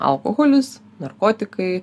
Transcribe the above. alkoholis narkotikai